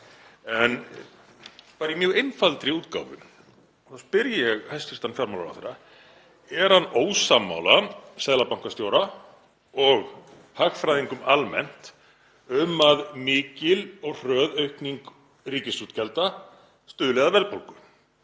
en bara í mjög einfaldri útgáfu. Ég spyr hæstv. fjármálaráðherra: Er hann ósammála seðlabankastjóra og hagfræðingum almennt um að mikil og hröð aukning ríkisútgjalda stuðli að verðbólgu?